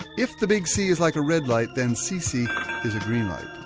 if the big c is like a red light, then cc is a green light.